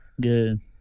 Good